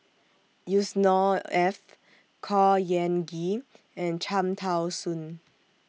Yusnor Ef Khor Ean Ghee and Cham Tao Soon